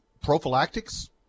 prophylactics